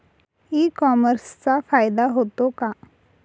E कॉमर्सचा फायदा होतो का?